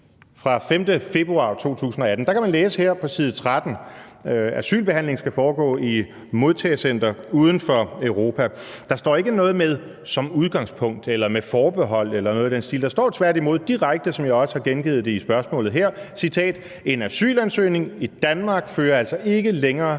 den 5. februar 2018. Der kan man læse her på side 13: »Asylbehandling skal foregå i et modtagecenter uden for Europa«. Der står ikke noget med »som udgangspunkt« eller »med forbehold« eller noget i den stil; der står tværtimod direkte, som jeg også har gengivet det i spørgsmålet her: »En asylansøgning i Danmark fører altså ikke længere